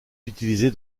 utilisé